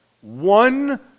One